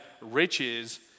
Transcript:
riches